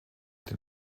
den